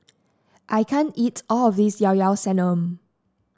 I can't eat all of this Llao Llao Sanum